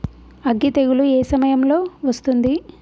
అగ్గి తెగులు ఏ సమయం లో వస్తుంది?